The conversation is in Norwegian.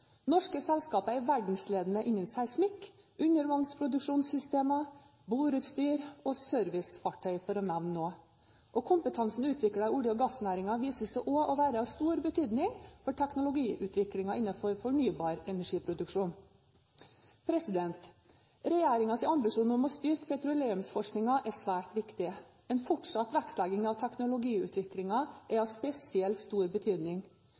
Norske selskaper er verdensledende innen seismikk, undervannsproduksjonssystemer, boreutstyr og servicefartøy, for å nevne noe. Kompetansen utviklet i olje- og gassnæringen viser seg også å være av stor betydning for teknologiutvikling innenfor ny fornybar energi-produksjon. Regjeringens ambisjon om å styrke petroleumsforskningen er svært viktig. En fortsatt vektlegging av teknologiutviklingen er av spesielt stor betydning.